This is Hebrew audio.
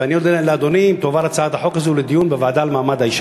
ואני אודה לאדוני אם הצעת החוק הזו תועבר לדיון בוועדה למעמד האישה.